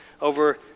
over